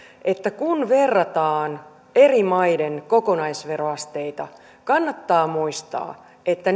että kun verrataan eri maiden kokonaisveroasteita kannattaa muistaa että